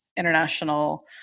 international